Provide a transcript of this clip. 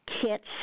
kits